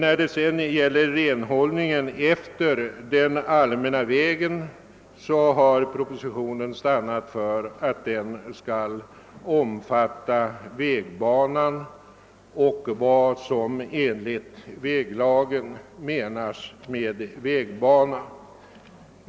Beträffande renhållningen efter den allmänna vägen har propositionen stannat för att den skall omfatta vägbanan och vad som enligt väglagen menas med vägbana.